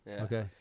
Okay